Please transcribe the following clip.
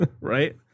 Right